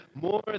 more